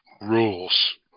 rules